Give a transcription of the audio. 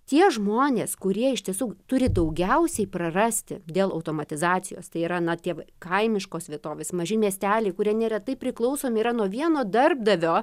tie žmonės kurie iš tiesų turi daugiausiai prarasti dėl automatizacijos tai yra na tie kaimiškos vietovės maži miesteliai kurie neretai priklausomi yra nuo vieno darbdavio